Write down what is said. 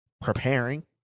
preparing